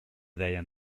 deien